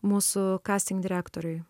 mūsų kasting direktoriui